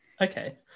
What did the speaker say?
okay